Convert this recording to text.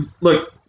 look